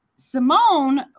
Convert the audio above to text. Simone